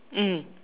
mm